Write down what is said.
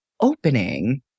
Opening